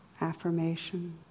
affirmation